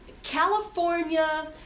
California